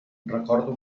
recordo